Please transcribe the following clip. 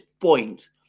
point